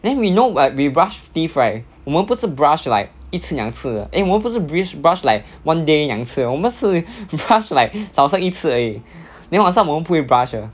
then we know when we brush teeth right 我们不是 brush 来一次两次 err 我不是 breach brush like one day 两次我们是 brush like 早上一次而已 then 晚上我们不会 brush 的